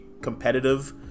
competitive